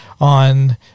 on –